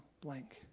blank